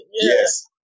Yes